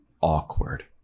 awkward